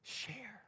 share